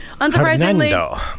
Unsurprisingly